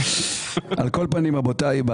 פנים, רבותיי,